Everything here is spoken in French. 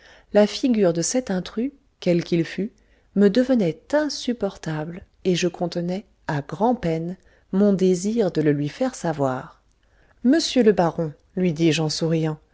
la figure de cet intrus quel qu'il fût me devenait insupportable et je contenais à grand'peine mon désir de le lui faire savoir monsieur le baron lui dis-je en souriant